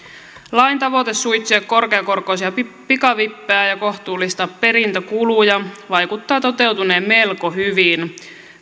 lain tavoite suitsia korkeakorkoisia pikavippejä ja kohtuullistaa perintäkuluja vaikuttaa toteutuneen melko hyvin